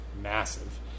massive